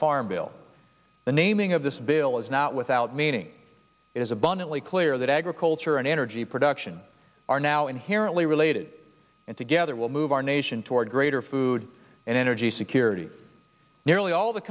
farm bill the naming of this bill is not without meaning it is abundantly clear that agriculture and energy production are now inherently related and together will move our nation toward greater food and energy security nearly all the